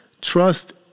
Trust